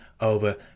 over